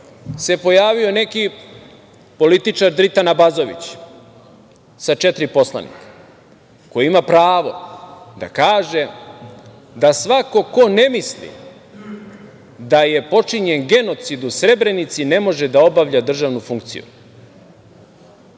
se pojavio neki političar Dritan Abazović, sa četiri poslanika, koji ima pravo da kaže da svako ko ne misli da je počinjen genocid u Srebrenici ne može da obavlja državnu funkciju. Gospodine